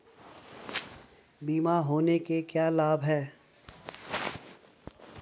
बीमा होने के क्या क्या लाभ हैं?